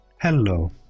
Hello